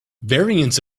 variants